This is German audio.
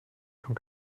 schon